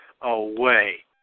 away